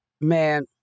man